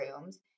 rooms